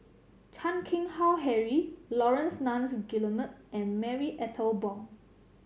Chan Keng Howe Harry Laurence Nunns Guillemard and Marie Ethel Bong